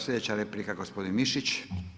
Sljedeća replika gospodin Mišić.